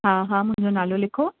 हा हा मुंहिंजो नालो लिखो